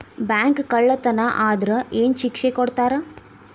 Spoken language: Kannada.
ಬ್ಯಾಂಕ್ ಕಳ್ಳತನಾ ಆದ್ರ ಏನ್ ಶಿಕ್ಷೆ ಕೊಡ್ತಾರ?